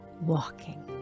walking